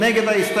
מי נגד ההסתייגות?